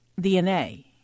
DNA